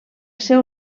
seu